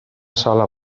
sola